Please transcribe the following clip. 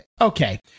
Okay